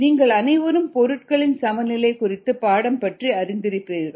நீங்கள் அனைவரும் பொருட்களின் சமநிலை குறித்த பாடம் பற்றி அறிந்திருப்பீர்கள்